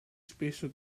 spesso